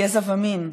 גזע ומין".